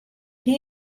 hie